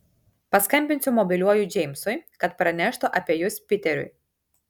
paskambinsiu mobiliuoju džeimsui kad praneštų apie jus piteriui